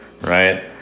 Right